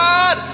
God